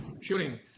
shooting